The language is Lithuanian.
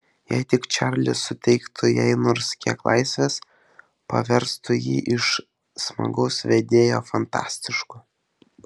jei tik čarlis suteiktų jai nors kiek laisvės paverstų jį iš smagaus vedėjo fantastišku